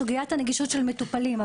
לסוגיית הנגישות של מטופלים,